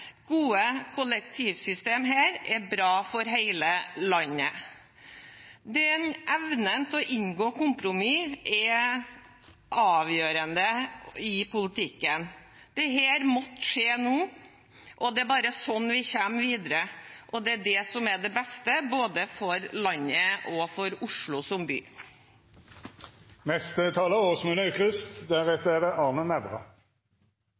gode kollektivsystemer her, er bra for hele landet. Evnen til å inngå kompromiss er avgjørende i politikken. Dette måtte skje nå. Det er bare slik vi kommer videre, og det er det som er det beste både for landet og for Oslo som